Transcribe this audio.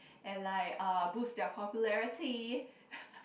and like uh boost their popularity